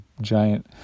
giant